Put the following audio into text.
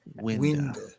window